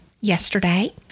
yesterday